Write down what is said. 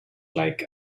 like